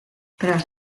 tras